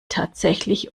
tatsächlich